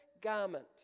garment